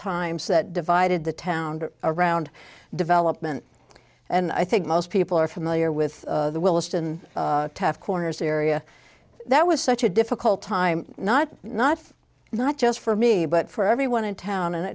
that divided the town around development and i think most people are familiar with the wilston tough corners area that was such a difficult time not not not just for me but for everyone in town and